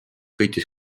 võitis